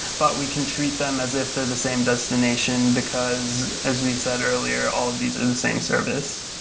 but we can treat them as if they're the same destination, because as we said earlier, all of these are the same service.